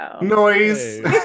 noise